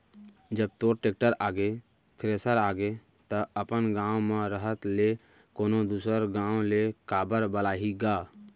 जब तोर टेक्टर आगे, थेरेसर आगे त अपन गॉंव म रहत ले कोनों दूसर गॉंव ले काबर बलाही गा?